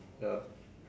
ya